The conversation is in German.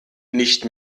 nicht